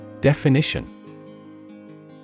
Definition